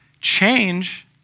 Change